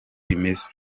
imeze